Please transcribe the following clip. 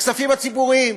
בכספים הציבוריים.